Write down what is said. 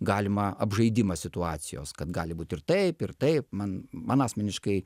galimą apžaidimą situacijos kad gali būti ir taip ir taip man man asmeniškai